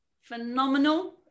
phenomenal